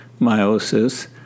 meiosis